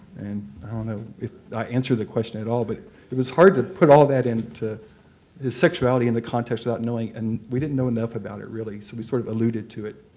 and i don't know if i answered the at all, but it it was hard to put all that into his sexuality in the context without knowing, and we didn't know enough about it really. so we sort of alluded to it.